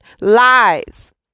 lies